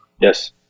yes